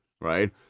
right